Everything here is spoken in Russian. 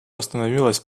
остановилась